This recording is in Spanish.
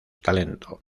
talento